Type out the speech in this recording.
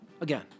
again